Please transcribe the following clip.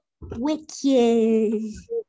Witches